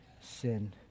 sin